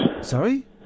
Sorry